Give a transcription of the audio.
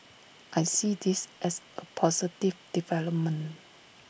I see this as A positive development